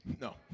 No